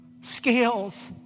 Scales